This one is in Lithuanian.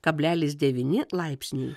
kablelis devyni laipsniai